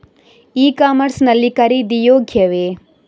E commerce ಲ್ಲಿ ಖರೀದಿ ಯೋಗ್ಯವೇ?